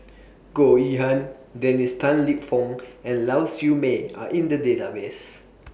Goh Yihan Dennis Tan Lip Fong and Lau Siew Mei Are in The Database